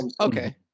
Okay